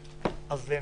הינה,